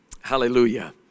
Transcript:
Hallelujah